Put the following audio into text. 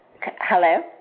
Hello